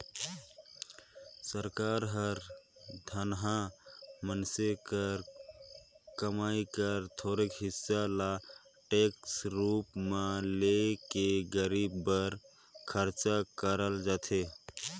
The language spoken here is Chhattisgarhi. सरकार हर धनहा मइनसे कर कमई कर थोरोक हिसा ल टेक्स कर रूप में ले के गरीब बर खरचा करल जाथे